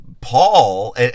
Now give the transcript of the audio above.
Paul